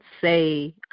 say